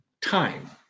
time